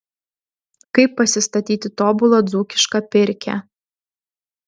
kaip pasistatyti tobulą dzūkišką pirkią